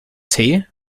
tee